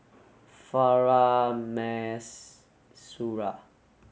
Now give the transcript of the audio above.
Farah Mas Suria